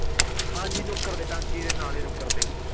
ਹਾਂਜੀ ਨੁੱਕਰ ਦੇ ਟਾਂਕੀ ਦੇ ਨਾਲੇ ਨੁੱਕਰ 'ਤੇ